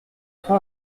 train